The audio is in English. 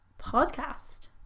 podcast